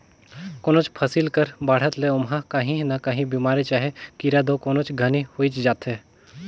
कोनोच फसिल कर बाढ़त ले ओमहा काही न काही बेमारी चहे कीरा दो कोनोच घनी होइच जाथे